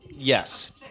Yes